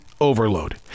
overload